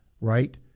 right